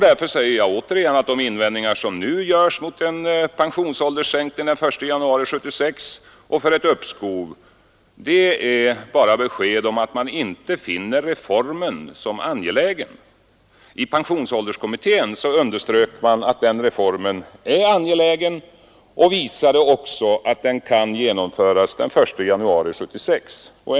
Därför säger jag återigen att de invändningar som nu görs mot en pensionsålderskommittén underströks att den reformen är angelägen, och uppskov bara ger besked om att man inte finner reformen angelägen. I pensionsålderkommittén underströks att den reformen är angelägen, och där visade man också att den kan genomföras den 1 januari 1976.